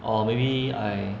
or maybe I